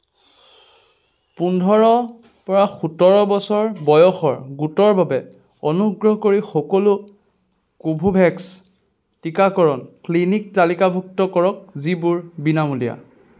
পোন্ধৰ পৰা সোতৰ বছৰ বয়সৰ গোটৰ বাবে অনুগ্ৰহ কৰি সকলো কোবীভেক্স টীকাকৰণ ক্লিনিক তালিকাভুক্ত কৰক যিবোৰ বিনামূলীয়া